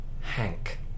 Hank